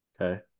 Okay